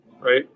right